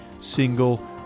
single